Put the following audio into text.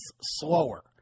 slower